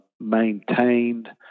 Maintained